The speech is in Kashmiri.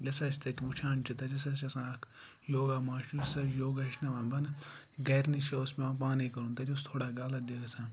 یہِ ہَسا أسۍ تَتہِ وٕچھان چھِ تَتہِ ہَسا چھِ آسان اَکھ یوگا ماش یُس اَسہِ یوگا ہیٚچھناوان بَن گَرِ نِش اوس پٮ۪وان پانَے کَرُن تَتہِ اوس تھوڑا غلط تہِ گژھان